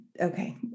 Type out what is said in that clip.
Okay